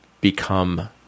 become